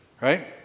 right